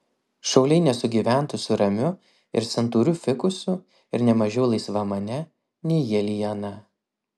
šauliai nesugyventų su ramiu ir santūriu fikusu ir ne mažiau laisvamane nei jie liana